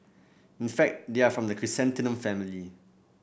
in fact they are from the chrysanthemum family